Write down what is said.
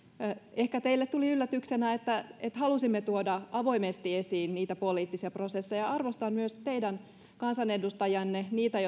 ehkä teille tuli yllätyksenä että että halusimme tuoda avoimesti esiin niitä poliittisia prosesseja arvostan myös teidän kansanedustajianne niitä